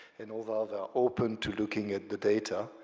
and although they are open to looking at the data,